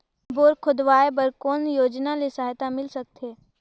Bore खोदवाय बर कौन योजना ले सहायता मिल सकथे?